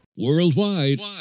worldwide